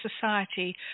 Society